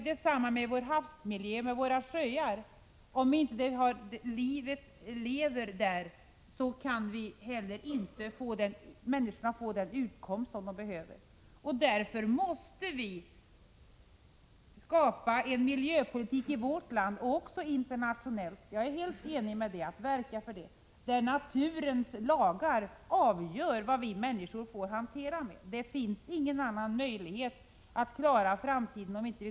Detsamma gäller miljön i haven och sjöarna — om det inte finns liv där kan människorna inte heller få den utkomst som de behöver. Därför måste det skapas en miljöpolitik i vårt land och även internationellt — jag vill självfallet också verka för det. Det är naturens lagar som avgör hur vi människor skall hantera miljön. Det finns ingen annan möjlighet för framtiden.